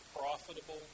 profitable